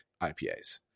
IPAs